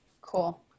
cool